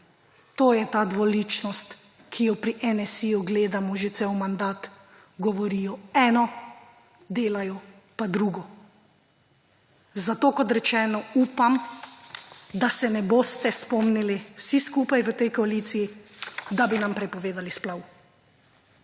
To je ta dvoličnost, ki jo pri NSi gledamo že cel mandat. Govorijo eno, delajo pa drugo. Zato, kot rečeno, upam, da se ne boste spomnili vsi skupaj v tej koaliciji, da bi nam prepovedali splav.